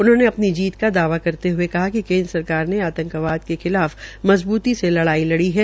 उन्होंने अपनी जीत का दावा करते हये कहा कि केन्द्र सरकार ने आंतकवाद के खिलाफ मजबूती से लड़ाई लड़ी है